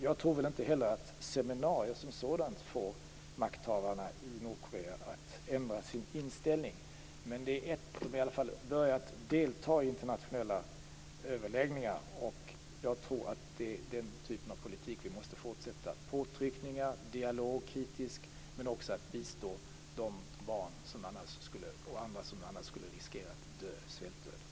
Jag tror inte heller att seminarier som sådana får makthavarna i Nordkorea att ändra sin inställning. Men de har i varje fall börjat delta i internationella överläggningar. Jag tror att det är den typen av politik vi måste fortsätta: påtryckningar, kritisk dialog, men också att bistå de barn och andra som annars skulle riskera att dö svältdöden.